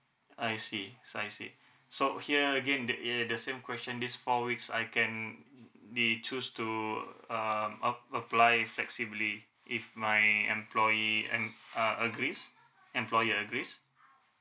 I see I see so here again the uh the same question this four weeks I can be choose to uh ap~ apply flexibly if my employee um uh agrees employer agrees